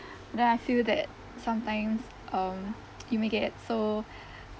then I feel that sometimes um you may get so